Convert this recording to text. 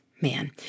man